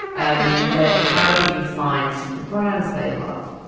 and then how do you find the brands they love?